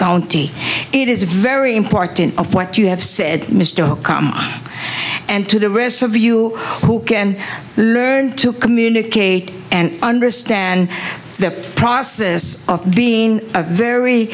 county it is very important of what you have said mr come and to the rest of you who can learn to communicate and understand that process of being a very